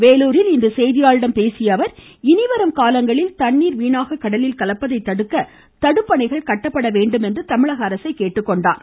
வேலூரில் இன்று செய்தியாளர்களிடம் பேசிய அவர் இனிவரும் காலங்களில் தண்ணீர் வீணாக கடலில் கலப்பதை தடுக்க தடுப்பணைகள் கட்டப்பட வேண்டும் என்று தமிழக அரசை கேட்டுக்கொண்டார்